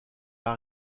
dans